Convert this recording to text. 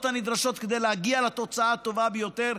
הנדרשות כדי להגיע לתוצאה הטובה ביותר,